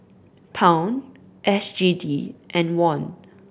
Pound S G D and Won